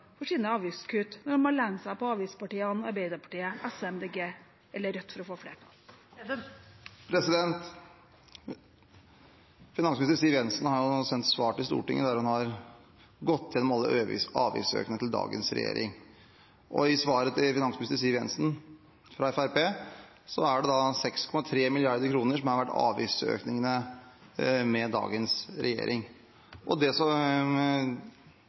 for sine avgiftskutt, når man må lene seg på avgiftspartiene Arbeiderpartiet, Sosialistisk Venstreparti, Miljøpartiet De Grønne eller Rødt for å få flertall? Finansminister Siv Jensen har sendt et svar til Stortinget der hun har gått igjennom alle avgiftsøkningene til dagens regjering. Og ifølge svaret fra finansminister Siv Jensen fra Fremskrittspartiet er det 6,3 mrd. kr som har vært avgiftsøkningene med dagens regjering. Når det